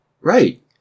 Right